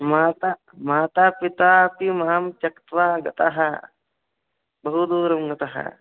माता माता पितापि मां त्यक्त्वा गतौ बहुदूरं गतौ